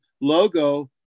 logo